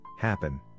happen